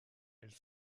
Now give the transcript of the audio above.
elle